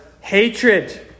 hatred